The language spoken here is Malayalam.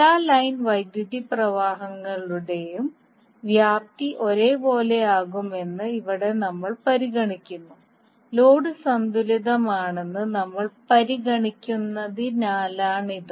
എല്ലാ ലൈൻ വൈദ്യുത പ്രവാഹങ്ങളുടെയും വ്യാപ്തി ഒരുപോലെയാകുമെന്ന് ഇവിടെ നമ്മൾ പരിഗണിക്കുന്നു ലോഡ് സന്തുലിതമാണെന്ന് നമ്മൾ പരിഗണിക്കുന്നതിനാലാണിത്